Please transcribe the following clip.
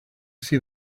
see